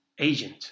agent